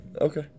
Okay